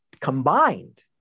combined